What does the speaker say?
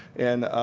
and